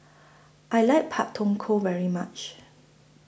I like Pak Thong Ko very much